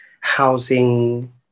housing